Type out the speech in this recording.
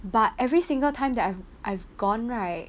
but every single time that I've I've gone right